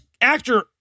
actor